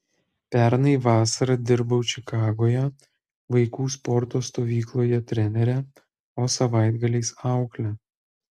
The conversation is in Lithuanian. pernai vasarą dirbau čikagoje vaikų sporto stovykloje trenere o savaitgaliais aukle